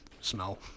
smell